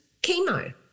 chemo